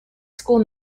school